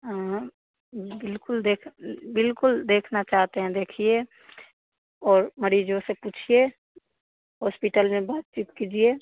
हाँ बिल्कुल देख बिल्कुल देखना चाहते हैं देखिए और मरीजों से पूछिए हॉस्पिटल में बातचीत कीजिए